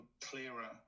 clearer